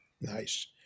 Nice